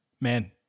man